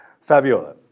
Fabiola